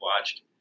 watched